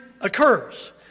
occurs